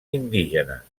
indígenes